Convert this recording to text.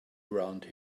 around